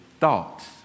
thoughts